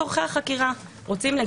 היא תימסר לצורך החקירה והחלטה על